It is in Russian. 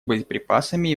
боеприпасами